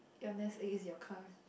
your nest egg is your car